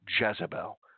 Jezebel